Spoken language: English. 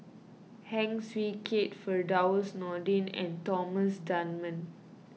Heng Swee Keat Firdaus Nordin and Thomas Dunman